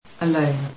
alone